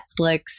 Netflix